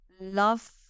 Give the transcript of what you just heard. love